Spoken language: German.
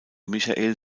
michael